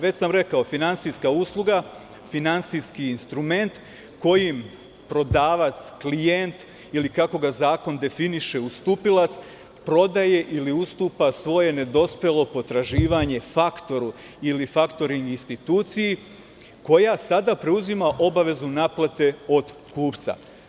Već sam rekao, finansijska usluga, finansijski instrument kojim prodavac, klijent ili kako ga zakon definiše – ustupilac, prodaje ili ustupa svoje nedospelo potraživanje faktoru ili faktoring instituciji, koja sada preuzima obavezu naplate od kupca.